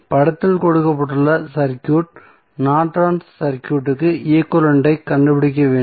படத்தில் கொடுக்கப்பட்டுள்ள circuit Norton's சர்க்யூட்க்கு ஈக்வலன்ட் ஐக் கண்டுபிடிக்க வேண்டும்